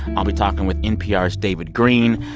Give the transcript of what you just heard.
i'll be talking with npr's david greene.